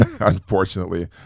unfortunately